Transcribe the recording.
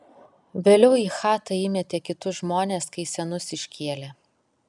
vėliau į chatą įmetė kitus žmones kai senus iškėlė